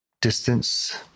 distance